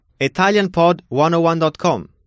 ItalianPod101.com